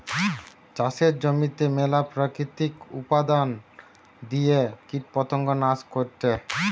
চাষের জমিতে মেলা প্রাকৃতিক উপাদন দিয়ে কীটপতঙ্গ নাশ করেটে